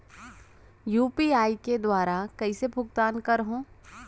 UPI के दुवारा कइसे भुगतान करहों?